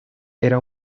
era